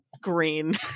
green